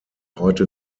heute